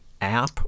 app